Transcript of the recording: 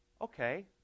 okay